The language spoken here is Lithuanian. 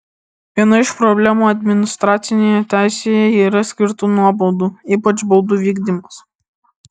viena iš problemų administracinėje teisėje yra skirtų nuobaudų ypač baudų vykdymas